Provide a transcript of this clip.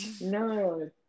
No